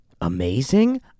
Amazing